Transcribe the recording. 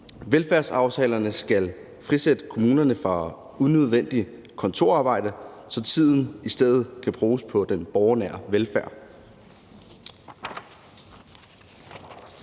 Velfærdsaftalerne skal frisætte kommunerne fra unødvendigt kontorarbejde, så tiden i stedet kan bruges på den borgernære velfærd.